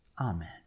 Amen